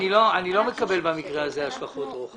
אני לא מקבל במקרה הזה השלכות רוחב.